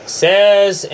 says